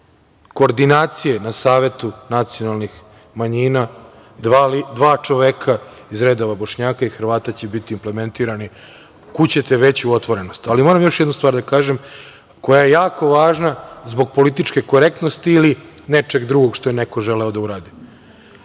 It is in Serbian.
koordinacije na Savetu nacionalnih manjina dva čoveka iz redova Bošnjaka i Hrvata će biti implementirani i kud ćete onda veću otvorenost? Moram još jednu stvar da kažem koja je jako važna zbog političke korektnosti ili nečeg drugog što je neko želeo da uradi. Kada